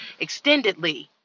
Extendedly